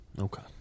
Okay